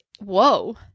whoa